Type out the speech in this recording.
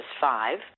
five